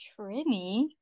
Trini